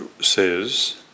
says